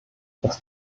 das